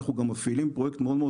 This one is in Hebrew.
אנחנו גם מפעילים פרויקט מאוד מאוד